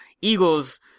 Eagles